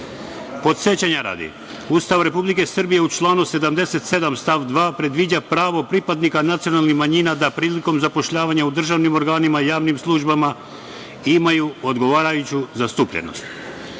radi, Ustav Republike Srbije u članu 77. stav 2. predviđa pravo pripadnika nacionalnih manjina da prilikom zapošljavanja u državnim organima i javnim službama imaju odgovarajuću zastupljenost. Prvo,